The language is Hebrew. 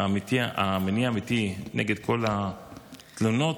כל התלונות,